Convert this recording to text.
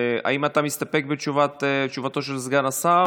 האם אתה מסתפק בתשובתו של סגן השר,